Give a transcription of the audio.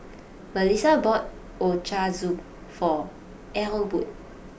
Mellissa bought Ochazuke for Elwood